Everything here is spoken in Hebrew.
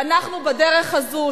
ואנחנו בדרך הזאת,